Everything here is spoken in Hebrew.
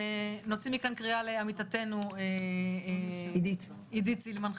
נוציא מכאן קריאה לעמיתתנו עידית סילמן,